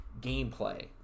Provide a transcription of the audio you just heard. Gameplay